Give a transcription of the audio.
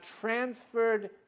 transferred